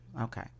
okay